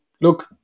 look